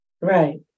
Right